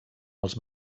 els